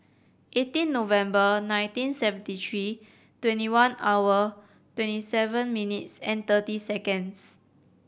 eighteen November nineteen seventy three twenty one hour twenty seven minutes and thirty seconds